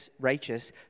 righteous